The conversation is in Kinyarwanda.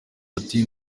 ati